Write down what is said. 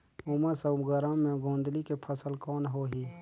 उमस अउ गरम मे गोंदली के फसल कौन होही?